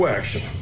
action